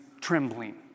trembling